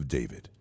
David